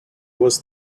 was